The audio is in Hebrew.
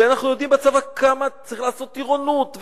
אנחנו יודעים כמה זמן צריך לעשות טירונות בצבא,